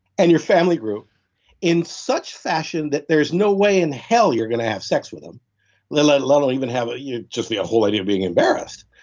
and your family grew in such fashion that there's no way in hell you're going to have sex with them let let alone, even have ah just the whole idea of being embarrassed.